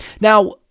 now